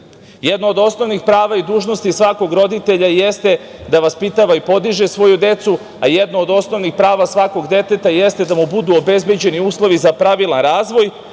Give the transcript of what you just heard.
decom. Jedno od osnovnih prava i dužnosti svakog roditelja jeste da vaspitava i podiže svoju decu, a jedno od osnovnih prava svakog deteta jeste da mu budu obezbeđeni uslovi za pravilan razvoj